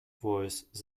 voice